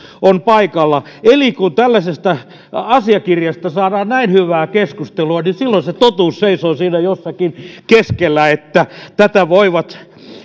on paikalla eli kun tällaisesta asiakirjasta saadaan näin hyvää keskustelua niin silloin se totuus seisoo siinä jossakin keskellä tätä voivat